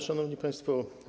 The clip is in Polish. Szanowni Państwo!